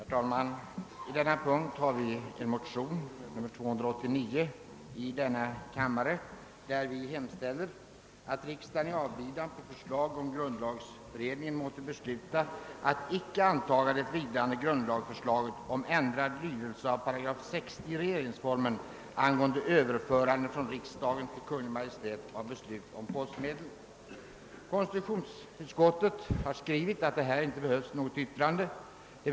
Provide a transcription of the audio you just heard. Herr talman! I detta ärende har det väckts två likalydande motioner, I: 252 och II: 289, med hemställan »att riksdagen — i avbidan på förslag från grundlagberedningen — måtte besluta att icke antaga det vilande grundlagsförslaget om ändrad lydelse av § 60 regeringsformen angående överförande från riksdagen till Kungl. Maj:t av beslut om postmedel». Konstitutionsutskottet skriver emellertid att det inte behövs något yttrande i frågan.